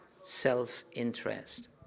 self-interest